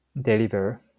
deliver